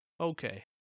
Okay